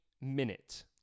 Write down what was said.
minute